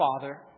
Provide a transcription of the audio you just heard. Father